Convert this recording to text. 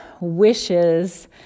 wishes